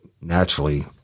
naturally